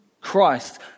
Christ